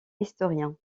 historien